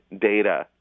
data